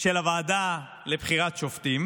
על הוועדה לבחירת שופטים?